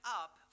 up